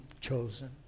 chosen